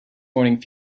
morning